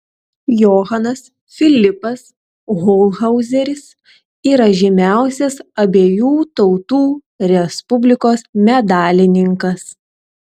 johanas filipas holchauseris yra žymiausias abiejų tautų respublikos medalininkas